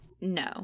no